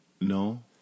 No